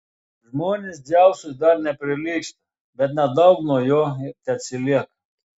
žmonės dzeusui dar neprilygsta bet nedaug nuo jo ir teatsilieka